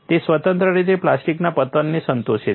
તે સ્વતંત્ર રીતે પ્લાસ્ટિકના પતનને સંતોષે છે